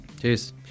cheers